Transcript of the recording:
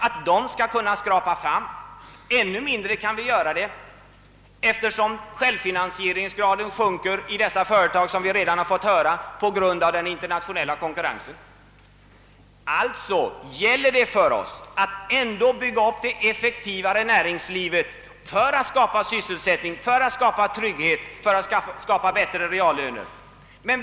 Ännu mindre kan vi vänta oss detta eftersom självfinansieringsgraden i dessa företag ju sjunker på grund av den internationella konkurrensen. Det gäller för oss att ändå bygga upp ett effektivare näringsliv i syfte att skapa sysselsättning, trygghet och bättre reallöner.